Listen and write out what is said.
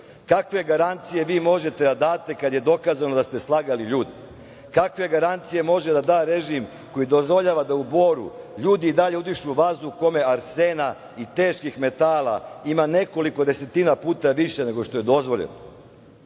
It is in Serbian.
Kakve garancije vi možete da date kada je dokazano da ste slagali ljude? Kakve garancije može da da režim koji dozvoljava da u Boru ljudi i dalje udišu vazduh u kome arsena i teških metala ima nekoliko desetina puta više nego što je dozvoljeno? Govorili